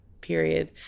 period